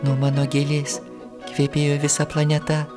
nuo mano gėlės kvepėjo visa planeta